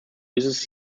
uses